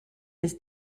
his